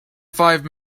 five